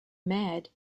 mad